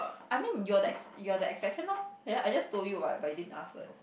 I mean you are that you are that exception lor I just told you but you didn't ask what